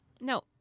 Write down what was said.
No